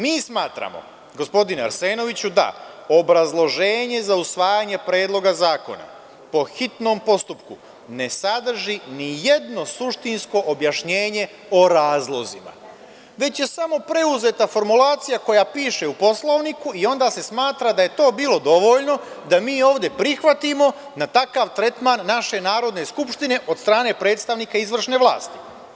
Mi smatramo, gospodine Arsenoviću, da obrazloženje za usvajanje Predloga zakona po hitnom postupku ne sadrži ni jedno suštinsko objašnjenje o razlozima, već je samo preuzeta formulacija koja piše u Poslovniku i onda se smatra da je to bilo dovoljno da mi ovde prihvatimo takav tretman naše Narodne skupštine od strane predstavnika izvršne vlasti.